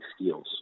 skills